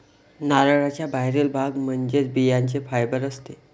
नारळाचा बाहेरील भाग म्हणजे बियांचे फायबर असते